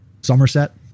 Somerset